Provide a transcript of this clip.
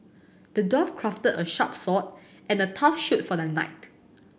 the dwarf crafted a sharp sword and a tough shield for the knight